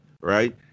right